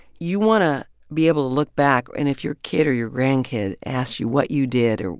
you want to be able to look back and if your kid or your grandkid asked you what you did, or,